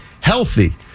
healthy